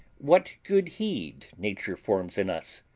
what good heed, nature forms in us!